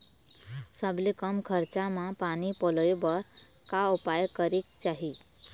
सबले कम खरचा मा पानी पलोए बर का उपाय करेक चाही?